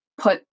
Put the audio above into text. put